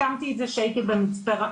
הקמתי את זה כשהייתי במקאן.